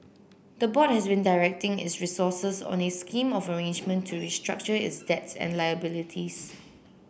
the board has been directing its resources on a scheme of arrangement to restructure its debts and liabilities